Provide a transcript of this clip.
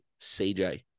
CJ